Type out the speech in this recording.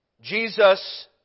Jesus